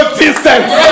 distance